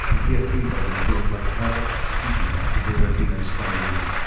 the p s three version feels like a perfect execution of akahiro hino's stunning vision.